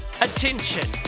Attention